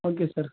okay sir